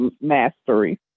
mastery